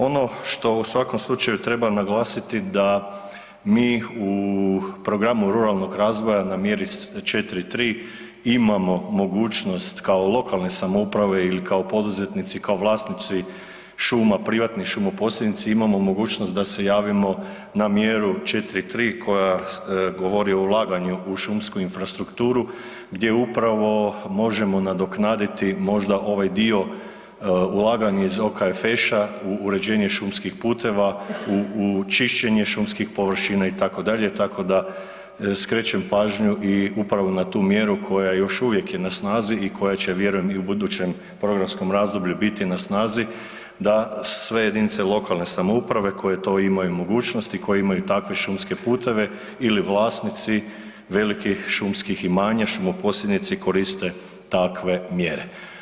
Ono što u svakom slučaju treba naglasiti da mi u programu ruralnog razvoja na mjeri 43 imamo mogućnost kao lokalne samouprave ili kao poduzetnici, kao vlasnici šuma privatni šumoposjednici imamo mogućnost da se javimo na mjeru 43 koja govori o ulaganju u šumsku infrastrukturu gdje upravo možemo nadoknaditi možda ovaj dio ulaganje OKFŠ u uređenje šumskih puteva, u čišćenje šumskih površina itd., tako da skrećem pažnju i upravo na tu mjera koja još uvijek je na snazi i koja će vjerujem i u budućem programskom razdoblju biti na snazi da sve jedinice lokalne samouprave koje to imaju mogućnosti i koje imaju takve šumske puteve ili vlasnici velikih šumskih imanja, šumoposjednici koriste takve mjere.